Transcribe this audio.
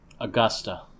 Augusta